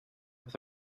with